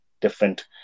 different